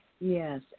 Yes